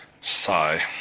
Sigh